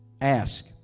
Ask